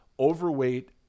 Overweight